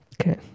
okay